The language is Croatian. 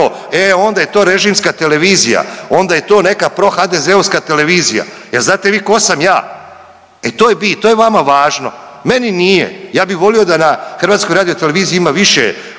eee onda je to režimska televizija, onda je to neka pro HDZ-ovska televizija, jer znate vi ko sam ja, e to je bit, to je vama važno, meni nije, ja bi volio da na HRT-u ima više KUD-ova, da ima više